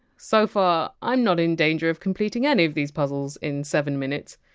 so far, i! m not in danger of completing any of these puzzles in seven minutes.